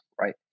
Right